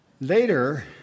Later